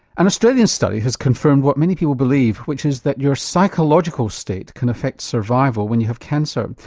an australian study has confirmed what many people believe, which is that your psychological state can affect survival when you have cancer.